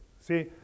See